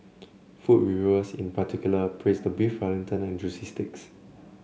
food reviewers in particular praised the Beef Wellington and juicy steaks